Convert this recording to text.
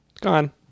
Gone